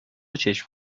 چشم